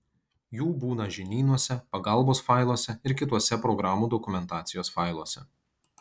jų būna žinynuose pagalbos failuose ir kituose programų dokumentacijos failuose